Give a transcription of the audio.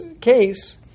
case